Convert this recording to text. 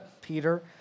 Peter